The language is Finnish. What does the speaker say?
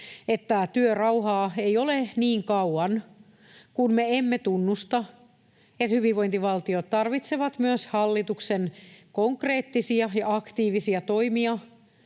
että työrauhaa ei ole niin kauan kuin me emme tunnusta, että hyvinvointivaltiot tarvitsevat myös hallituksen konkreettisia ja aktiivisia toimia